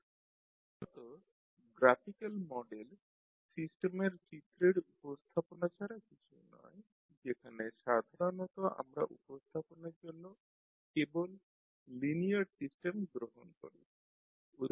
মূলত graphical model সিস্টেমের চিত্রের উপস্থাপনা ছাড়া কিছুই নয় যেখানে সাধারণতঃ আমরা উপস্থাপনের জন্য কেবল লিনিয়ার সিস্টেম গ্রহণ করি